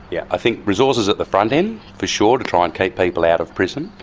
yeah i think resources at the front end, for sure, to try and keep people out of prison,